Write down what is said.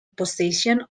possession